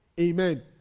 Amen